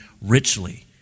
richly